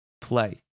play